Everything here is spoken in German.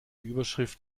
überschrift